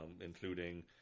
including